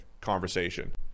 conversation